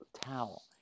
towel